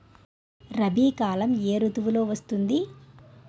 రబీ కాలం ఏ ఋతువులో వస్తుంది?